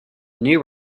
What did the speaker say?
new